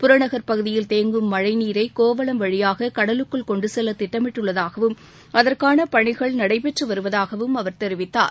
புறநக் பகுதியில் தேங்கும் மழைநீரை கோவளம் வழியாக கடலுக்குள் கொண்டுச் செல்ல திட்டமிட்டுள்ளதாகவும் அதற்கான பணிகள் நடைபெற்று வருவதாகவும் அவர் தெரிவித்தார்